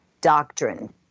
doctrine